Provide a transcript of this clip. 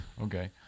Okay